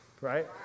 right